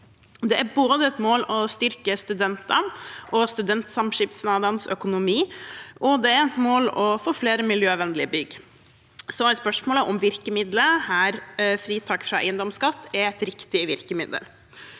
Det er et mål å styrke både studentenes og studentsamskipnadenes økonomi, og det er et mål å få flere miljøvennlige bygg. Så er spørsmålet om virkemiddelet – her fritak fra eiendomsskatt – er et riktig virkemiddel.